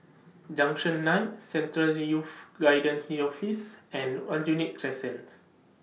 Junction nine Central Youth Guidance Office and Aljunied Crescent